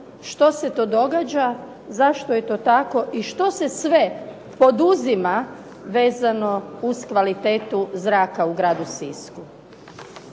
što se to događa, zašto je to tako i što se sve poduzima vezano uz kvalitetu zraka u gradu Sisku?